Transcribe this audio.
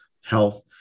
health